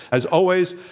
as always,